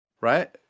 right